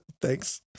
Thanks